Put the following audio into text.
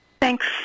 Thanks